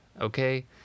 okay